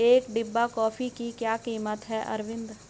एक डिब्बा कॉफी की क्या कीमत है अरविंद?